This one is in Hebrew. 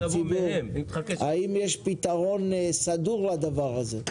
האם יש פתרון סדור לדבר הזה,